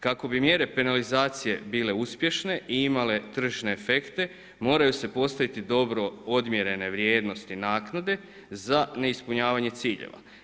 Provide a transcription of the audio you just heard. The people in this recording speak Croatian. Kako bi mjere penalizacije bile uspješne i imale tržišne efekte, moraju se postaviti dobro odmjerene vrijednosti naknade za neispunjavanje ciljeva.